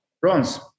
Bronze